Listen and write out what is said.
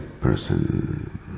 person